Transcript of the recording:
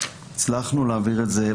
הצלחנו להעביר את זה,